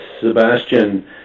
Sebastian